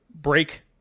break